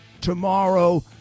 tomorrow